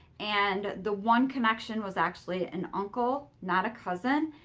and the one connection was actually an uncle, not a cousin.